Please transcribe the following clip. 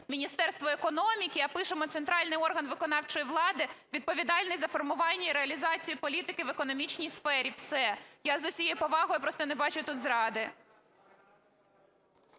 "Міністерство економіки", а пишемо "центральний орган виконавчої влади, відповідальний за формування і реалізацію політики в економічній сфері". Все. Я, з усією повагою, просто не бачу тут зради.